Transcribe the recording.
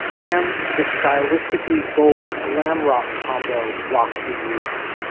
and the stylistically bold glam rock combo roxy music.